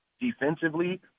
defensively